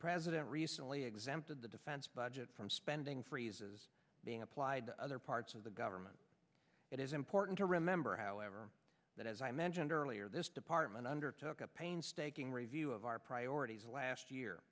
president recently exempted the defense budget from spending freeze is being applied to other parts of the government it is important to remember however that as i mentioned earlier this department undertook a painstaking review of our priorities last year